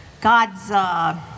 God's